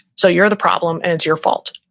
so you're the problem and it's your fault.